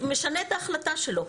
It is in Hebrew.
ומשנה את ההחלטה שלו.